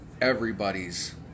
everybody's